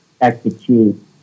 execute